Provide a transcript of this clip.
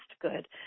good